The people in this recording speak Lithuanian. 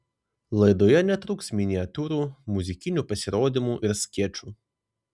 laidoje netruks miniatiūrų muzikinių pasirodymų ir skečų